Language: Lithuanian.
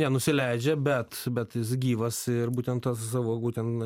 nenusileidžia bet bet jis gyvas ir būtent ta savo būtent